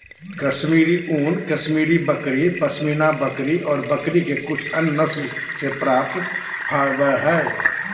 कश्मीरी ऊन, कश्मीरी बकरी, पश्मीना बकरी ऑर बकरी के कुछ अन्य नस्ल से प्राप्त फाइबर हई